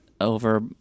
over